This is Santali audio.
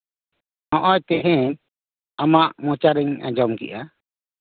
ᱱᱚᱜᱼᱚᱭ ᱛᱮᱦᱮᱧ ᱟᱢᱟᱜ ᱢᱚᱪᱟ ᱨᱤᱧ ᱟᱸᱡᱚᱢ ᱠᱮᱫᱟ